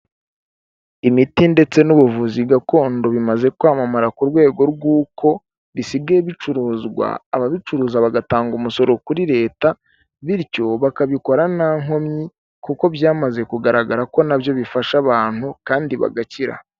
Imiti ndetse n'ubuvuzi gakondo bimaze kwamamara ku rwego rw'uko, bisigaye bicuruzwa ababicuruza bagatanga umusoro kuri leta, bityo bakabikora nta nkomyi kuko byamaze kugaragara ko na byo bifasha abantu kandi bagakira.